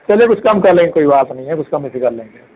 चलिए कुछ कम कर देंगे कोई बात नहीं है कुछ कम बेसी कर लेंगे